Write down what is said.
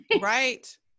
Right